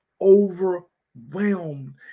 overwhelmed